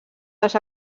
les